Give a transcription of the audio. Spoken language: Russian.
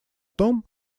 том